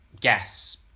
guess